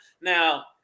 now